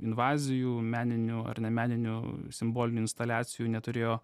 invazijų meninių ar nemeninių simbolinių instaliacijų neturėjo